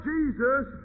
Jesus